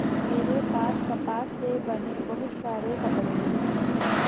मेरे पास कपास से बने बहुत सारे कपड़े हैं